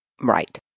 Right